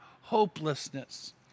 hopelessness